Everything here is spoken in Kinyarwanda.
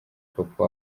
papa